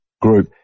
group